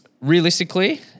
Realistically